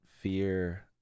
fear